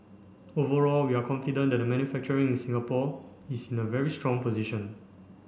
overall we are confident that the manufacturing in Singapore is in a very strong position